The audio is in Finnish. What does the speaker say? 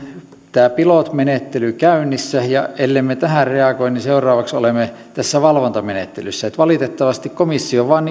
pilot menettely käynnissä ja ellemme tähän reagoi niin seuraavaksi olemme tässä valvontamenettelyssä valitettavasti komissio vain